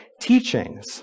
teachings